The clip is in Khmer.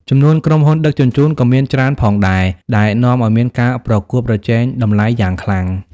ចំនួនក្រុមហ៊ុនដឹកជញ្ជូនក៏មានច្រើនផងដែរ ដែលនាំឱ្យមានការប្រកួតប្រជែងតម្លៃយ៉ាងខ្លាំង។